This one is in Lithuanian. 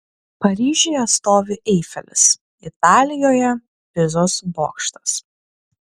paryžiuje stovi eifelis italijoje pizos bokštas